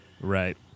Right